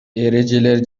эрежелер